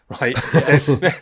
Right